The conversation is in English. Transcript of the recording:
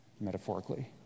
metaphorically